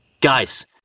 guys